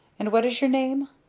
and what is your name?